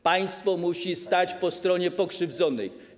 Państwo musi stać po stronie pokrzywdzonych.